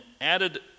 added